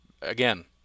again